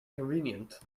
convenient